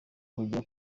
kugera